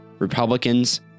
Republicans